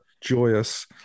joyous